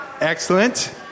Excellent